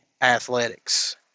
athletics